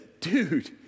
dude